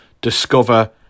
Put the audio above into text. discover